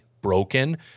broken